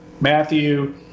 Matthew